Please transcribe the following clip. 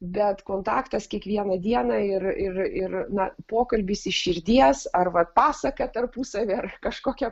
bet kontaktas kiekvieną dieną ir ir ir na pokalbis iš širdies ar vat pasaka tarpusavy ar kažkokia